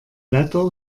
wetter